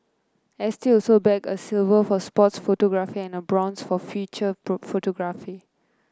S T also bagged a silver for sports photography and a bronze for feature photography